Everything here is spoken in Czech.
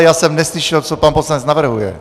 Já jsem neslyšel, co pan poslanec navrhuje.